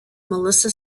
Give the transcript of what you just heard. melissa